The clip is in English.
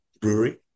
brewery